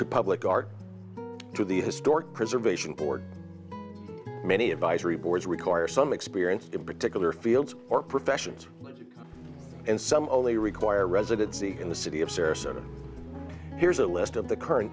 to public art to the historic preservation board many advisory boards require some experience in particular fields or professions and some only require residency in the city of sarasota here's a list of the current